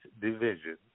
division